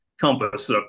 compass